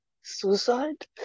suicide